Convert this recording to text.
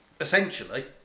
essentially